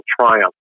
triumph